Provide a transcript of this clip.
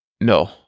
No